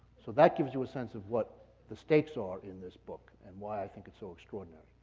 so, that gives you a sense of what the stakes are in this book and why i think it's so extraordinary.